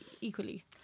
equally